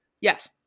Yes